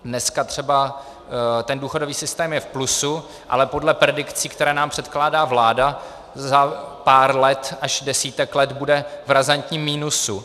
Dneska třeba ten důchodový systém je v plusu, ale podle predikcí, které nám předkládá vláda, za pár let až desítek let bude v razantním minusu.